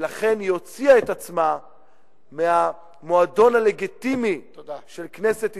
ולכן היא הוציאה את עצמה מהמועדון הלגיטימי של כנסת ישראל,